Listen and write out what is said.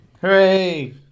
Hooray